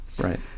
Right